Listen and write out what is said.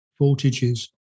voltages